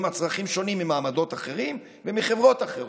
שונים מהצרכים של מעמדות אחרים וחברות אחרות.